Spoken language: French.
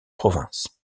province